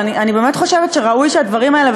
אבל אני באמת חושבת שראוי שהדברים האלה,